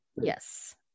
yes